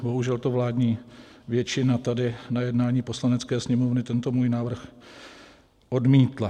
Bohužel to vládní většina tady na jednání Poslanecké sněmovny tento můj návrh odmítla.